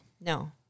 No